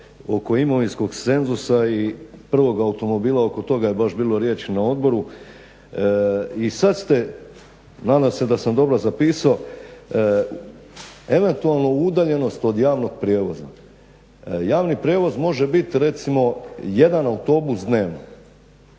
oko imovinskog cenzusa i prvog automobila. Oko toga je baš bilo riječi na odboru. I sad ste, nadam se da sam dobro zapisao. Eventualna udaljenost od javnog prijevoza. Javni prijevoz može biti recimo jedan autobus dnevno.